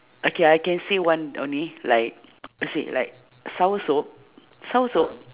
okay I can say one only like as in like soursop soursop